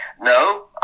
No